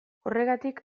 horregatik